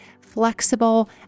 flexible